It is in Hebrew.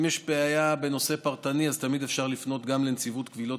אם יש בעיה בנושא פרטני אז תמיד אפשר לפנות גם לנציבות קבילות